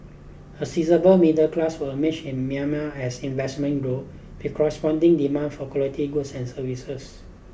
a seizable middle class will emerge in Myanmar as investment grow with corresponding demand for quality goods and services